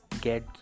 get